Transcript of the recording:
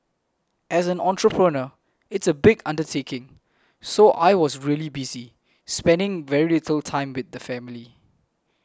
as an entrepreneur it's a big undertaking so I was really busy spending very little time with the family